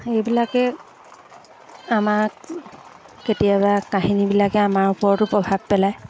এইবিলাকে আমাক কেতিয়াবা কাহিনীবিলাকে আমাৰ ওপৰতো প্ৰভাৱ পেলায়